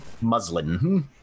muslin